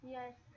Yes